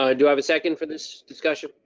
ah do i have a second for this discussion?